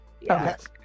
Yes